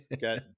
got